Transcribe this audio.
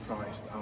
Christ